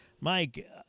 Mike